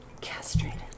Castrated